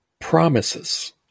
Promises